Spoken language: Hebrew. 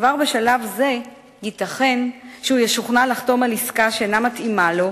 וכבר בשלב זה ייתכן שהוא ישוכנע לחתום על עסקה שאינה מתאימה לו,